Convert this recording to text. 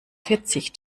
vierzig